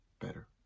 better